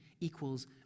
equals